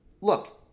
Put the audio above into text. look